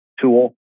tool